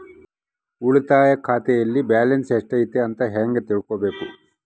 ಉಳಿತಾಯ ಖಾತೆಯಲ್ಲಿ ಬ್ಯಾಲೆನ್ಸ್ ಎಷ್ಟೈತಿ ಅಂತ ಹೆಂಗ ತಿಳ್ಕೊಬೇಕು?